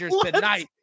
tonight